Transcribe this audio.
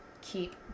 keep